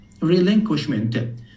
relinquishment